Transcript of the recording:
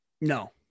no